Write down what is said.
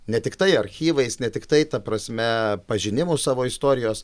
ne tiktai archyvais ne tiktai ta prasme pažinimo savo istorijos